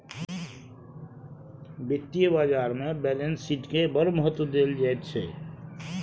वित्तीय बाजारमे बैलेंस शीटकेँ बड़ महत्व देल जाइत छै